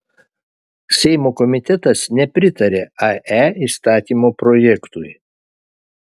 seimo komitetas nepritarė ae įstatymo projektui